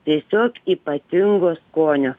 tiesiog ypatingo skonio